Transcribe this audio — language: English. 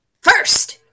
First